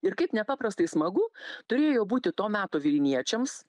ir kaip nepaprastai smagu turėjo būti to meto vilniečiams